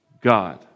god